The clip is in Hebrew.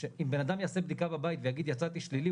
אם בן אדם יעשה בדיקה בבית ויגיד: יצאתי שלילי,